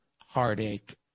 heartache